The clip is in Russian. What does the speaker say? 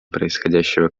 происходящего